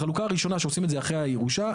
החלוקה הראשונה שעושים אותה אחרי הירושה,